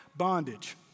bondage